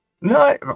No